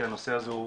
כי הנושא הזה הוא